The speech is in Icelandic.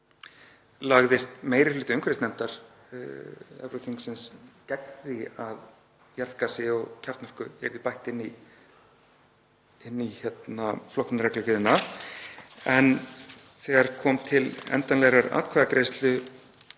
lagðist meiri hluti umhverfisnefndar Evrópuþingsins gegn því að jarðgasi og kjarnorku yrði bætt inn í flokkunarreglugerðina en þegar til endanlegrar atkvæðagreiðslu